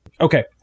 Okay